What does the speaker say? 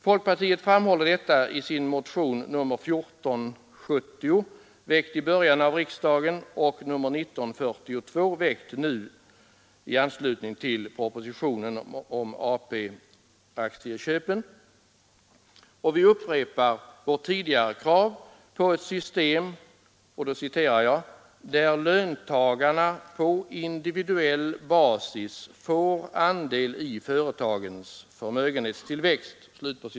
Folkpartiet framhåller detta i sina motioner, nr 1470 väckt i början av riksdagen och nr 1942 väckt nu i anslutning till propositionen om AP-aktieköpen. Vi upprepar vårt tidigare krav på ett system ”där löntagarna på individuell basis får andel i företagens förmögenhetstillväxt”.